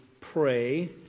pray